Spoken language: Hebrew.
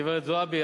גברת זועבי,